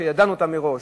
שידענו אותה מראש,